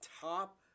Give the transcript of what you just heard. top